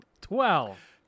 Twelve